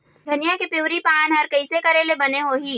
धनिया के पिवरी पान हर कइसे करेले बने होही?